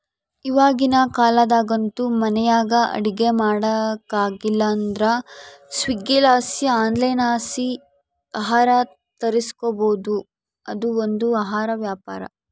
ಇವಾಗಿನ ಕಾಲದಾಗಂತೂ ಮನೆಯಾಗ ಅಡಿಗೆ ಮಾಡಕಾಗಲಿಲ್ಲುದ್ರ ಸ್ವೀಗ್ಗಿಲಾಸಿ ಆನ್ಲೈನ್ಲಾಸಿ ಆಹಾರ ತರಿಸ್ಬೋದು, ಅದು ಒಂದು ಆಹಾರ ವ್ಯಾಪಾರ